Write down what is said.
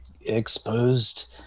exposed